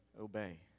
obey